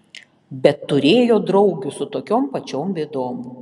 bet turėjo draugių su tokiom pačiom bėdom